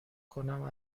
کنم